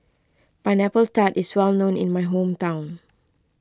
Pineapple Tart is well known in my hometown